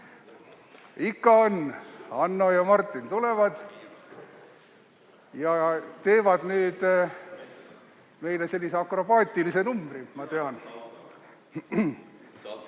Ikka on, Hanno ja Martin tulevad ja teevad nüüd meile sellise akrobaatilise numbri, ma tean.